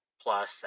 plus